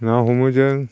ना हमो जों